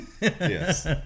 Yes